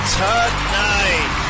tonight